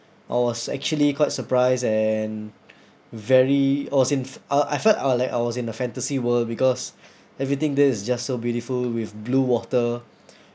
I was actually quite surprised and very or sinc~ uh I felt uh like I was in a fantasy world because everything is just so beautiful with blue water